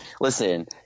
Listen